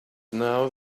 now